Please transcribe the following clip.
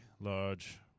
large